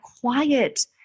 quiet